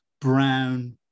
brown